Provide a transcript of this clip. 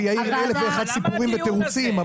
ויאיר עם 1,001 סיפורים ותירוצים,